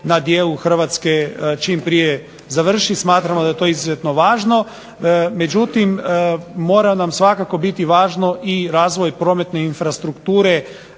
na dijelu Hrvatske čim prije završi, smatramo da je to izuzetno važno, međutim, mora nam svakako biti važno i razvoj prometne infrastrukture